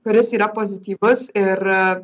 kuris yra pozityvus ir